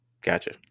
Gotcha